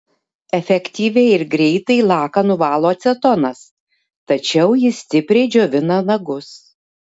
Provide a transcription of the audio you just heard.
efektyviai ir greitai laką nuvalo acetonas tačiau jis stipriai džiovina nagus